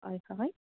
হয় হয়